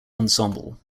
ensemble